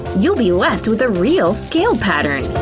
you'll be left with a real scale pattern!